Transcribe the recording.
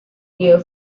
near